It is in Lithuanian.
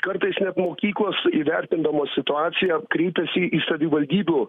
kartais net mokyklos įvertindamos situaciją kreipiasi į savivaldybių